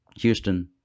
Houston